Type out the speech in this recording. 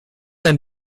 ein